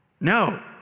No